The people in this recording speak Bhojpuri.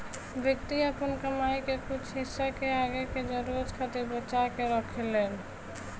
व्यक्ति आपन कमाई के कुछ हिस्सा के आगे के जरूरतन खातिर बचा के रखेलेन